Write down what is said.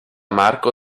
marco